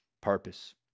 purpose